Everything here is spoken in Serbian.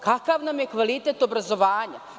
Kakav nam je kvalitet obrazovanja?